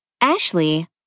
Ashley